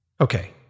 Okay